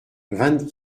vingt